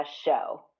show